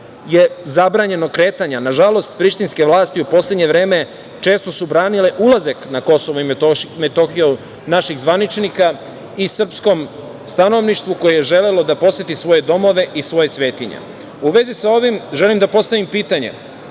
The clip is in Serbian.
je zabranjeno kretanje. Nažalost, prištinske vlasti u poslednje vreme često su branile ulazak na KiM naših zvaničnika i srpskom stanovništvu, koje je želelo da poseti svoje domove i svoje svetinje.U vezi sa ovim, želim da postavim pitanje,